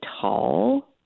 tall